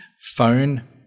phone